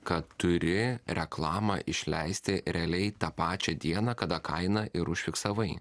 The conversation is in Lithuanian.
kad turi reklamą išleisti realiai tą pačią dieną kada kaina ir užfiksavai